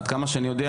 עד כמה שאני יודע,